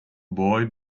boy